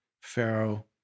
Pharaoh